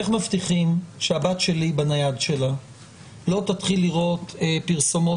איך מבטיחים שהבת שלי בנייד שלה לא תתחיל לראות פרסומות